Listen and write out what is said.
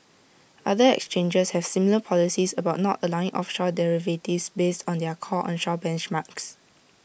other exchanges have similar policies about not allowing offshore derivatives based on their core onshore benchmarks